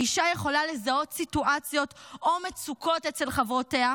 האישה יכולה לזהות סיטואציות או מצוקות אצל חברותיה,